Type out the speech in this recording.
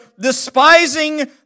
despising